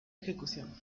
ejecución